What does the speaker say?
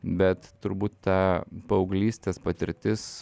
bet turbūt ta paauglystės patirtis